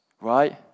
right